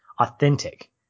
authentic